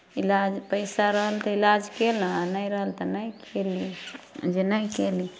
इलाज पैसा रहल तऽ इलाज कयलक आ नहि रहल तऽ नहि कयली जे नहि कयली